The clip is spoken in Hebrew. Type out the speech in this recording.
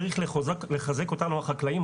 צריך לחזק אותנו החקלאים.